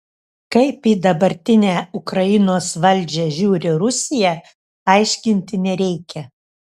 kaip į dabartinę ukrainos valdžią žiūri rusija aiškinti nereikia